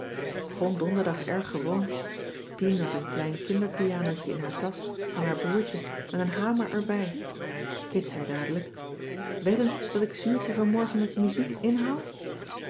begon donderdag erg gewoon pien had een klein kinderpianotje in haar tasch van haar broertje met een hamer erbij kit zei dadelijk wedden dat ik zuurtje vanmorgen met muziek inhaal